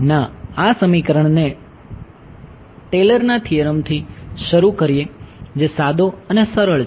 ના આ સમીકરણને ટેલરના થિયરમથી શરૂ કરીએ જે સાદો અને સરળ છે